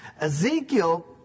Ezekiel